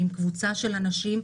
עם קבוצה של אנשים,